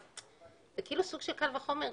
אז זה כאילו סוג של קל וחומר.